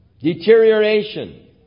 Deterioration